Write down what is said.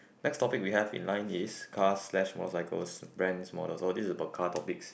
next topic we have in line is cars slash motorcycles brands models oh this about car topics